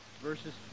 verses